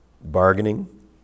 bargaining